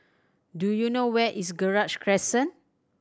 do you know where is Gerald Crescent